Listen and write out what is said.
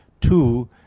two